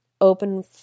open